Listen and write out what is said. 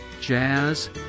Jazz